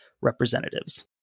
representatives